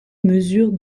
mesure